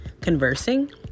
conversing